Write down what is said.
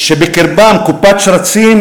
שבקרבם קופת שרצים,